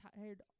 tired